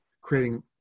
creating